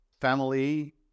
Family